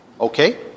Okay